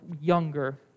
younger